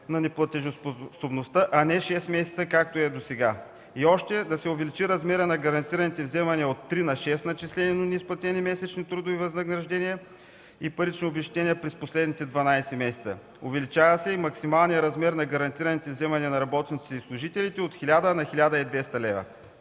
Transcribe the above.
на неплатежоспособността, а не шест месеца, както е досега. И още – да се увеличи размерът на гарантираните вземания от три на шест начислени, но неизплатени месечни трудови възнаграждения и парични обезщетения през последните 12 месеца. Увеличава се и максималният размер на гарантираните вземания на работниците и служителите от 1000 на 1200 лв.